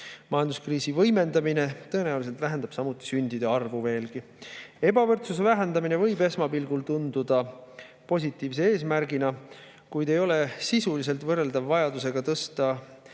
Majanduskriisi võimendamine tõenäoliselt vähendab sündide arvu veelgi. Ebavõrdsuse vähendamine võib esmapilgul tunduda positiivse eesmärgina, kuid ei ole sisuliselt võrreldav vajadusega tõsta